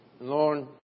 Lord